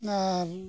ᱟᱨ